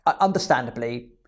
understandably